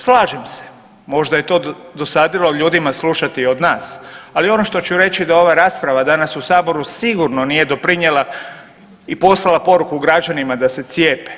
Slažem se, možda je to dosadilo ljudima slušati od nas, ali ono što ću reći da ova rasprava danas u Saboru nije doprinijela i poslala poruku građanima da se cijepe.